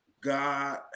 God